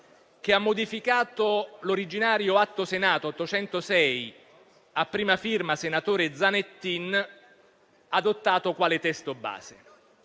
che ha modificato l'originario Atto Senato 806, a prima firma del senatore Zanettin, adottato quale testo base.